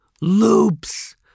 loops